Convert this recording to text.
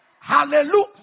Hallelujah